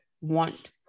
want